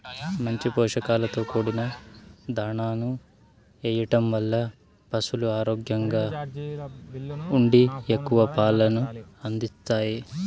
మంచి పోషకాలతో కూడిన దాణాను ఎయ్యడం వల్ల పసులు ఆరోగ్యంగా ఉండి ఎక్కువ పాలను అందిత్తాయి